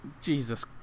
Jesus